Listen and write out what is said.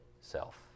self